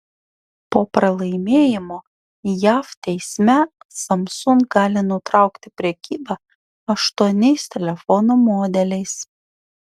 po pralaimėjimo jav teisme samsung gali nutraukti prekybą aštuoniais telefonų modeliais